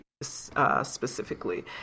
specifically